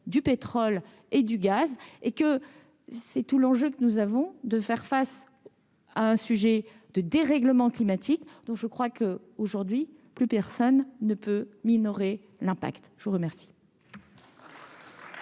du pétrole et du gaz, et que c'est tout l'enjeu, que nous avons de faire face à un sujet de dérèglement climatique, donc je crois que, aujourd'hui, plus personne ne peut minorer l'impact, je vous remercie.